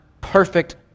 perfect